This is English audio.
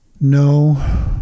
No